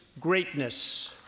greatness